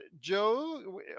Joe